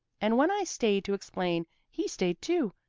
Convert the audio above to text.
and when i stayed to explain he stayed too,